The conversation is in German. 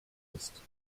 ist